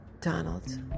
Donald